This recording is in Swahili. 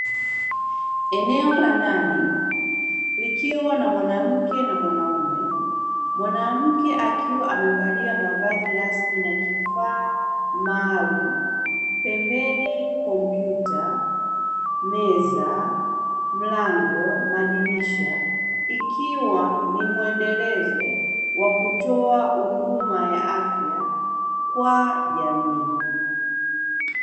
Eneo la ndani likiwa na mwanamke na mwanaume. Mwanamke akiwa amevalia mavazi rasmi na kifaa maalumu, pembeni kompyuta, meza, mlango, madirisha; ikiwa ni mwendelezo wa kutoa huduma ya afya kwa jamii.